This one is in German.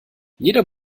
jeder